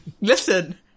Listen